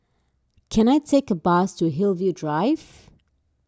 can I take a bus to Hillview Drive